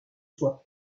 soit